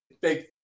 Big